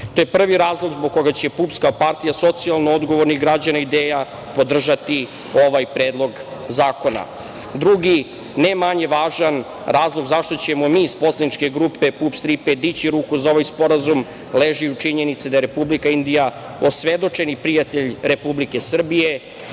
To je prvi razlog zbog koga će PUPS kao partija socijalno odgovornih građana ideja podržati ovaj predlog zakona. Drugi, ne manje važan razlog zašto ćemo mi iz poslaničke grupe PUPS – „Tri P“ dići ruku za ovaj sporazum leži u činjenici da je Republika Indija osvedočeni prijatelj Republike Srbije